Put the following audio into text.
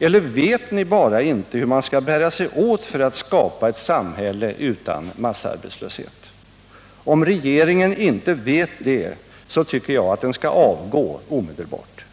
Eller vet ni bara inte hur man skall bära sig åt för att skapa ett samhälle utan massarbetslöshet? Om regeringen inte vet det tycker jag den skall avgå omedelbart.